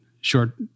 short